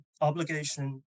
obligation